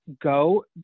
go